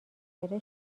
بره